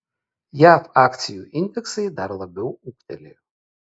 jav akcijų indeksai dar labiau ūgtelėjo